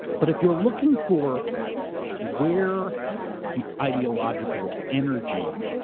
but if you're looking for where the ideological energy